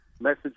message